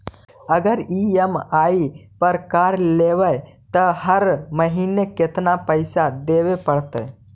अगर ई.एम.आई पर कार लेबै त हर महिना केतना पैसा देबे पड़तै?